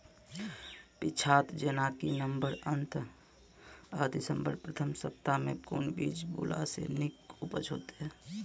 पीछात जेनाकि नवम्बर अंत आ दिसम्बर प्रथम सप्ताह मे कून बीज बुनलास नीक उपज हेते?